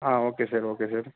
ah okay sir okay sir